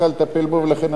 ולכן אנחנו מסכימים.